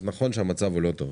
אז נכון שהמצב לא טוב.